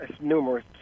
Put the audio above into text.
numerous